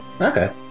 okay